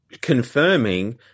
confirming